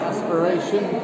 Aspiration